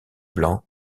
blanc